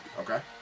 Okay